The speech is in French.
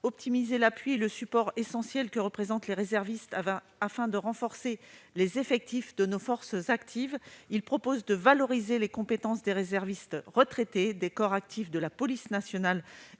d'optimiser l'appui et le support essentiels que représentent les réservistes, afin de renforcer les effectifs de nos forces actives. Il vise à valoriser les compétences des réservistes retraités des corps actifs de la police nationale